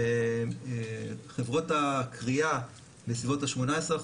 בחברות הכרייה בסביבות ה-18%.